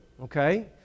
Okay